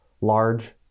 large